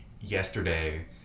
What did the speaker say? yesterday